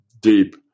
deep